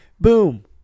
Boom